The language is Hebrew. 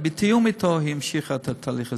בתיאום אתו היא המשיכה את התהליך הזה.